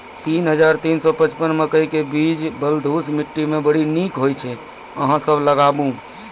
तीन हज़ार तीन सौ पचपन मकई के बीज बलधुस मिट्टी मे बड़ी निक होई छै अहाँ सब लगाबु?